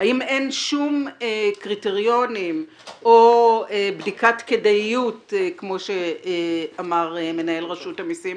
האם אין שום קריטריונים או בדיקת כדאיות כמו שאמר מנהל רשות המסים,